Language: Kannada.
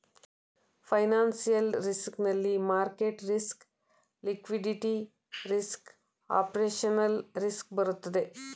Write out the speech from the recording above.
ಫೈನಾನ್ಸಿಯಲ್ ರಿಸ್ಕ್ ನಲ್ಲಿ market risk, liquidity risk, operational risk ಬರುತ್ತದೆ